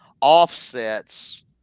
offsets